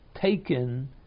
Taken